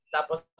tapos